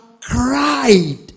cried